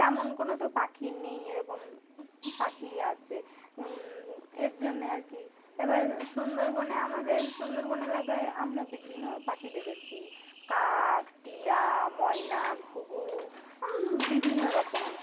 তেমন কোনো তো পাখি নেই এরকম পাখি আছে এর জন্যে আর কি এবার সুন্দরবনে আমাদের সুন্দরবন এলাকায় আমরা বিভিন্ন পাখি দেখেছি কাক টিয়া ময়না ঘুঘু বিভিন্ন রকমের